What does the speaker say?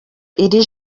iri